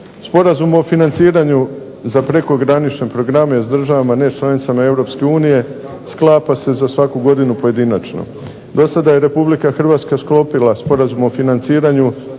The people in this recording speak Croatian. Sporazum o financiranju za prekogranične programe s državama ne članicama Europske unije, sklapa se za svaku godinu pojedinačno. Do sada je Republika Hrvatska sklopila Sporazum o financiranju